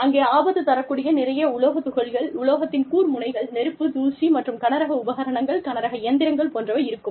அங்கே ஆபத்து தரக் கூடிய நிறைய உலோக துகள்கள் உலோகத்தின் கூர் முனைகள் நெருப்பு தூசி மற்றும் கனரக உபகரணங்கள் கனரக இயந்திரங்கள் போன்றவை இருக்கும்